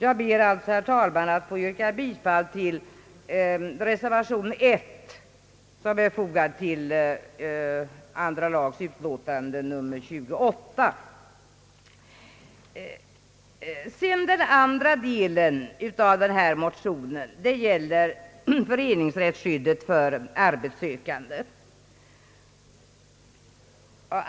Jag ber alltså, herr talman, att få yrka bifall till reservation nr I, som är fogad till andra lagutskottets utlåtande nr 28. Den andra delen av denna motion gäller föreningsrättsskydd för arbetssökande.